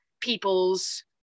people's